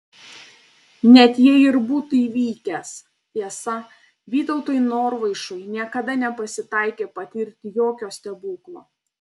net jei ir būtų įvykęs tiesa vytautui norvaišui niekada nepasitaikė patirti jokio stebuklo